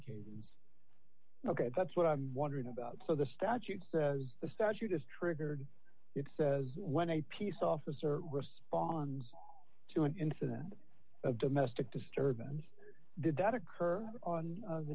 them ok that's what i'm wondering about so the statute says the statute is triggered it says when a peace officer responds to an incident of domestic disturbance did that occur on